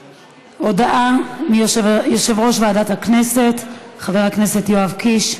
הודעה ליושב-ראש ועדת הכנסת, חבר הכנסת יואב קיש.